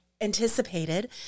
anticipated